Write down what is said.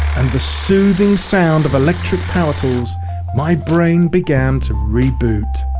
and the soothing sound of electric power tools my brain began to reboot.